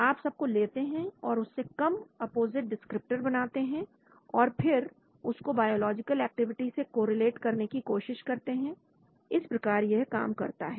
आप सबको लेते हैं और उससे कुछ कम अपोजिट डिस्क्रिप्टर बनाते हैं और फिर उसको बायोलॉजिकल एक्टिविटी से कोरिलेट करने की कोशिश करते हैं इस प्रकार यह काम करता है